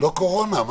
אני